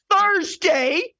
Thursday